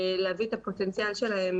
להביא את הפוטנציאל שלהם,